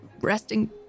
resting